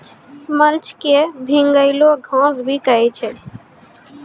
mulch क भींगलो घास भी कहै छै